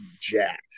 jacked